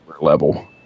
level